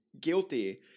guilty